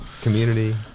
community